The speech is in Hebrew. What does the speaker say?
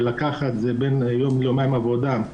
ולקחת בין יום ליומיים עבודה.